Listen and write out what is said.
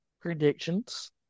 Predictions